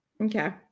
okay